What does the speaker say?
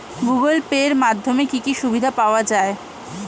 Google pay এর মাধ্যমে কি কি সুবিধা পাওয়া যায়?